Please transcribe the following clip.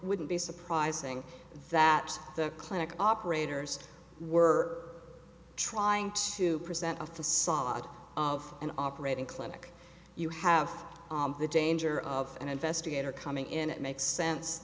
wouldn't be surprising that the clinic operators were trying to present a facade of an operating clinic you have the danger of an investigator coming in it makes sense